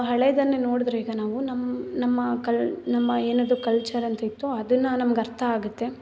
ಹಳೆಯದನ್ನೆ ನೋಡ್ದ್ರೆ ಈಗ ನಾವು ನಮ್ಮ ನಮ್ಮ ಕಲ್ ನಮ್ಮ ಏನದು ಕಲ್ಚರ್ ಅಂತಿತ್ತೋ ಅದನ್ನು ನಮ್ಗೆ ಅರ್ಥ ಆಗುತ್ತೆ